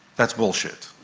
that's bullshit,